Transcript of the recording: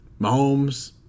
Mahomes